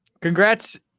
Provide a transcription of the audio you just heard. Congrats